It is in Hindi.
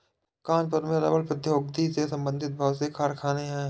कानपुर में रबड़ प्रौद्योगिकी से संबंधित बहुत से कारखाने है